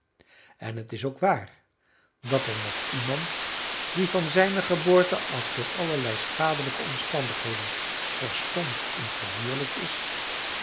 en het is ook waar dat er met iemand die van zijne geboorte af door allerlei schadelijke omstandigheden verstompt en verdierlijkt is